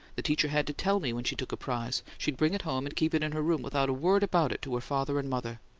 the teachers had to tell me when she took a prize she'd bring it home and keep it in her room without a word about it to her father and mother.